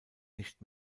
nicht